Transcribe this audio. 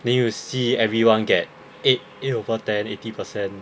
then you will see everyone get eight eight over ten eighty percent